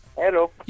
Hello